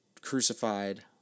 crucified